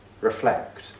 reflect